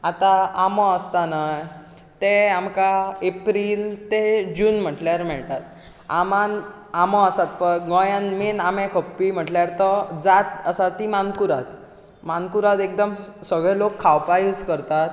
आतां आंबो आसता न्हय ते आमकां एप्रील ते जून म्हटल्यार मेळटात आमांत आंबो आसा पय गोंयांत मेन आंबे खपपी म्हळ्यार तो जात आसा ती मानकुराद मानकुराद सगळे लोक खावपाक यूज करतात